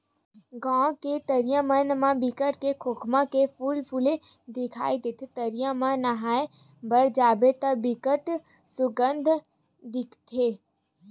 गाँव के तरिया मन म बिकट के खोखमा के फूल फूले दिखई देथे, तरिया म नहाय बर जाबे त बिकट सुग्घर दिखथे